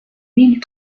mille